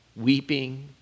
weeping